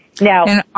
Now